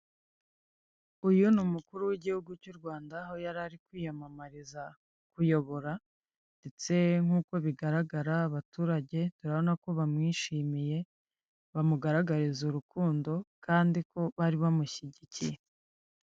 Uyu ni umukuru w'igihugu cy'u Rwanda, aho yarari kwiyamamariza kuyobora, ndetse nk'uko bigaragara, abaturage turabona ko bamwishimiye bamugaragariza urukundo kandi ko bari bamushyigikiye.